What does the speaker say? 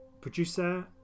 Producer